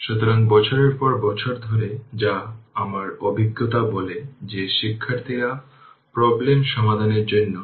সুতরাং এই ক্ষেত্রে 3 হেনরি ইন্ডাক্টর আছে এবং এই 2 Ω এবং 5 Ω সিরিজে থাকবে তাই তার মানে এটি 2 5